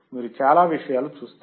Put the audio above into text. మీరు చాలా విషయాలు చూస్తారు